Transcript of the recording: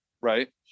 right